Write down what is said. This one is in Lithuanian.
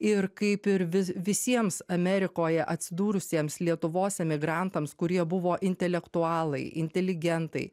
ir kaip ir vis visiems amerikoje atsidūrusiems lietuvos emigrantams kurie buvo intelektualai inteligentai